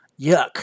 Yuck